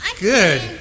good